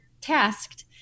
tasked